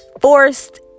forced